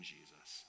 Jesus